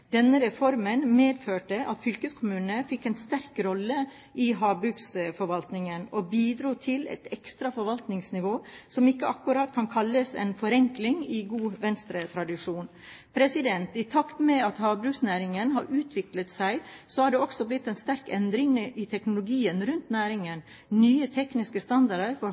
Denne reformen medførte at fylkeskommunene fikk en sterk rolle i havbruksforvaltningen, og bidro til et ekstra forvaltningsnivå, som ikke akkurat kan kalles en forenkling i god Venstre-tradisjon. I takt med at havbruksnæringen har utviklet seg, har det også blitt en sterk endring i teknologien rundt næringen. Nye tekniske standarder for